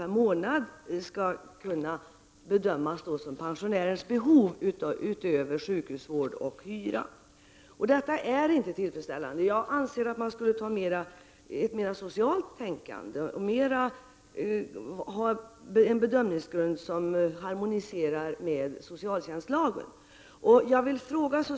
per månad, skall kunna bedömas utgöra pensionärens behov utöver sjukhusvård och hyra. Detta är inte tillfredsställande. Jag anser att man skall tillämpa ett mera socialt tänkande och mera ha en bedömningsgrund som harmoniserar med socialtjänstlagen.